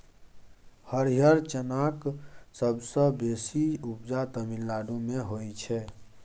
हरियर चनाक सबसँ बेसी उपजा तमिलनाडु मे होइ छै